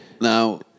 Now